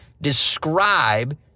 describe